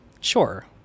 Sure